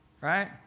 right